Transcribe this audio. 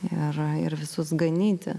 ir ir visus ganyti